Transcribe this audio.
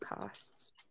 costs